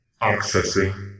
Accessing